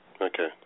Okay